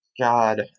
God